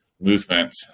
movement